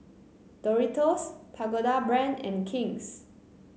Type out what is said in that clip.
Doritos Pagoda Brand and King's